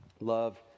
love